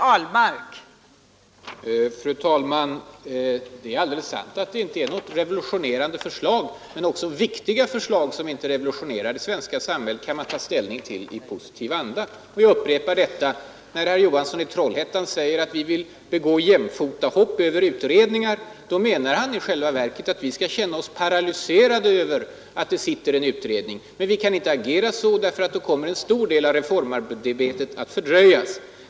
Fru talman! Det är alldeles sant att det inte är något revolutionerande förslag. Men också viktiga f samhället kan man ta ställning till i positiv anda. ag som inte revolutionerar det svenska När herr Johansson i Trollhättan säger att vi liberaler vill ”hoppa jämfota över utredningar” menar han i själva verket — jag upprepar det att vi skall känna oss paralyserade av att det sitter en utredning. Men folkpartiet kan inte agera så, för då kommer en stor del av reformarbetet att fördröjas.